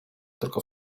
tylko